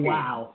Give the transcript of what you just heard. wow